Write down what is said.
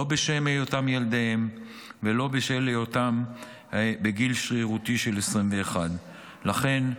לא בשל היותם ילדיהם ולא בשל היותם בגיל שרירותי של 21. לכן,